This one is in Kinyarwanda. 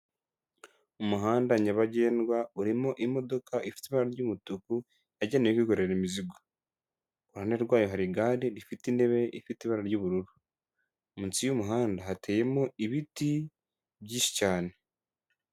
Umuhanda nyabagendwa urimo imodoka ifite ibara ry'umutuku yagenewe kwikorera imizigo, iruhande rwayo hari igare rifite intebe ifite ibara ry'ubururu, munsi y'umuhanda hateyemo ibiti byinshi cyane.